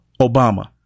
Obama